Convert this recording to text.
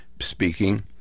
speaking